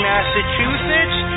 Massachusetts